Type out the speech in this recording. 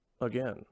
again